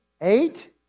Eight